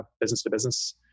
business-to-business